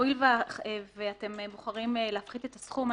הואיל ואתם בוחרים להפחית את הסכום,